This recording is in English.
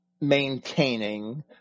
maintaining